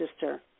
sister